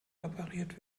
repariert